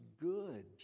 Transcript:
good